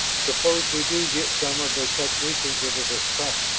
suppose we do get some of their technicians into this trap.